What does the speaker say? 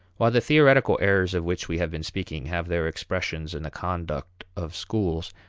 while the theoretical errors of which we have been speaking have their expressions in the conduct of schools,